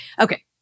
Okay